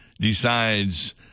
decides